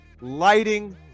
lighting